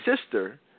sister